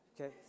Okay